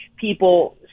people